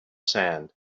sand